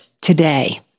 today